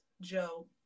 Joe